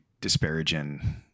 disparaging